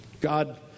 God